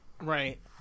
Right